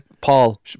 Paul